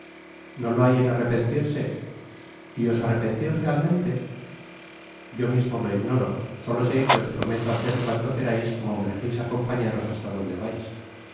no lo hay en arrepentirse y os arrepentis reatmente ttyo mismo lo ignoro solo sé que os prometo hacer cuanto querais como me dejeis acompañaros hasta donde vais